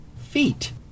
Feet